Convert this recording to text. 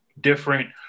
different